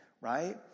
right